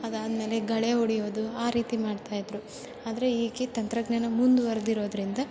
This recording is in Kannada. ಅದಾದಮೇಲೆ ಗಳೆ ಹೊಡಿಯೋದು ಆ ರೀತಿ ಮಾಡ್ತಾ ಇದ್ರು ಆದರೆ ಈಗ ತಂತ್ರಜ್ಞಾನ ಮುಂದುವರೆದು ಇರೋದರಿಂದ